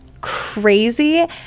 crazy